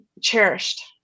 cherished